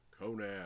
Conan